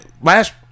last